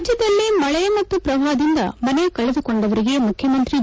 ರಾಜ್ಡದಲ್ಲಿ ಮಳೆ ಮತ್ತು ಪ್ರವಾಹದಿಂದ ಮನೆ ಕಳೆದುಕೊಂಡವರಿಗೆ ಮುಖ್ಯಮಂತ್ರಿ ಬಿ